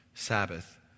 sabbath